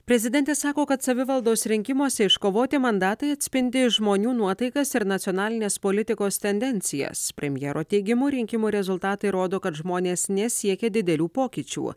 prezidentė sako kad savivaldos rinkimuose iškovoti mandatai atspindi žmonių nuotaikas ir nacionalinės politikos tendencijas premjero teigimu rinkimų rezultatai rodo kad žmonės nesiekia didelių pokyčių